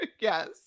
Yes